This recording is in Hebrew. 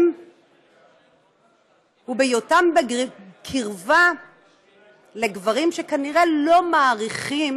בהיותן בקרבת גברים שכנראה לא מעריכים